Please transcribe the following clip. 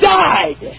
died